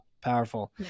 Powerful